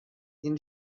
این